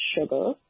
sugar